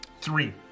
Three